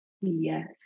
Yes